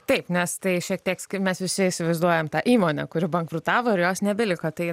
taip nes tai šiek tiek mes visi įsivaizduojam tą įmonę kuri bankrutavo ir jos nebeliko tai